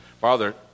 Father